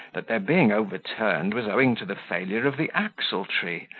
that their being overturned was owing to the failure of the axle-tree,